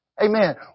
Amen